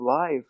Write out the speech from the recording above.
life